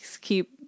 keep